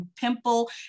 pimple